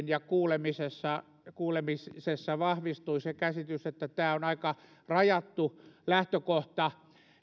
ja kuulemisessa kuulemisessa vahvistui se käsitys että tämä on aika rajattu lähtökohta